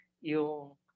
yung